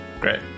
Great